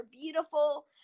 beautiful